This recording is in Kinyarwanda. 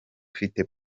ufite